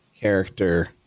character